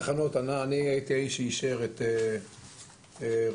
תחנה שנמצאת בישוב ערבי,